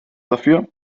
dafür